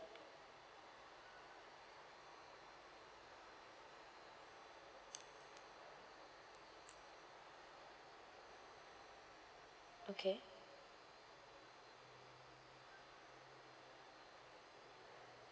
okay